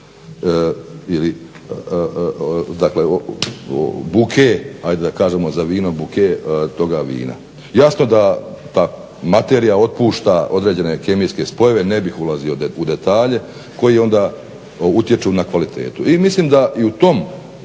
dakle buke ajde da kažđemo za vino, buke toga vina. Jasno da ta materija otpušta određene kemijske spojeve, ne bih ulazio u detalje, koji onda utječu na kvalitetu. I mislim da i u tom Zakonu